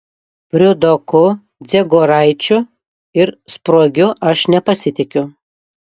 priudoku dziegoraičiu ir spruogiu aš nepasitikiu